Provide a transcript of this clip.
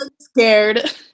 scared